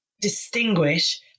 distinguish